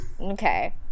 Okay